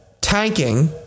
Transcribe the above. tanking